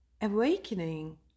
awakening